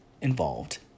involved